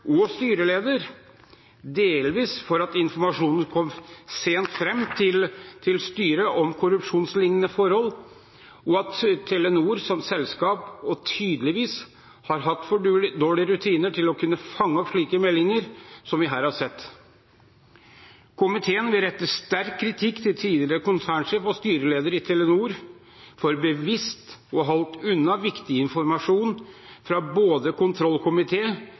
og styreleder, delvis for at informasjonen om korrupsjonslignende forhold kom sent fram til styret, og delvis for at Telenor som selskap tydeligvis har hatt for dårlige rutiner til å kunne fange opp slike meldinger som vi her har sett. Komiteen vil rette sterk kritikk mot tidligere konsernsjef og styreleder i Telenor for bevisst å ha holdt unna viktig informasjon fra både